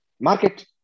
Market